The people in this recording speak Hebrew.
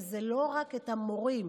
וזה לא רק את המורים.